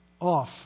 off